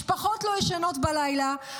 משפחות לא ישנות בלילה,